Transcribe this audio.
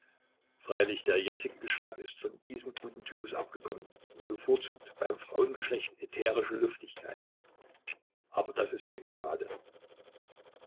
freilich der jetzige geschmack ist von diesem guten typus abgekommen und bevorzugt beim frauengeschlecht ätherische luftigkeit aber das ist eben schade